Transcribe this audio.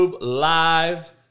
Live